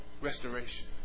restoration